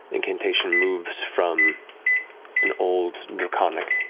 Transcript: incantation moves from an old draconic,